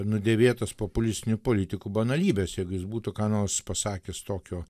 nudėvėtas populistinių politikų banalybes jeigu jis būtų ką nors pasakius tokio